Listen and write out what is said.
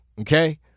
Okay